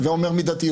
הווי אומר מידתיות.